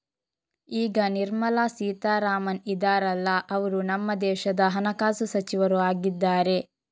ಈಗ ನಿರ್ಮಲಾ ಸೀತಾರಾಮನ್ ಇದಾರಲ್ಲ ಅವ್ರು ನಮ್ಮ ದೇಶದ ಹಣಕಾಸು ಸಚಿವರು ಆಗಿದ್ದಾರೆ